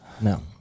no